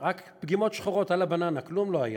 רק פגימות שחורות על הבננה, כלום לא היה,